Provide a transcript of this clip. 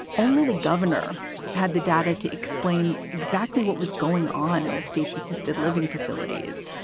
only the governor had the data to explain exactly what was going on in the state's assisted living facilities.